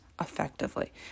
effectively